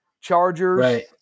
Chargers